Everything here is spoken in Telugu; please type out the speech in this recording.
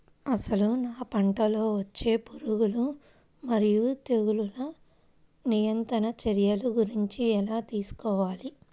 అసలు నా పంటలో వచ్చే పురుగులు మరియు తెగులుల నియంత్రణ చర్యల గురించి ఎలా తెలుసుకోవాలి?